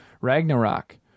Ragnarok